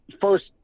first